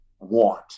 want